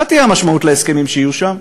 מה תהיה המשמעות של זה להסכמים שיהיו שם?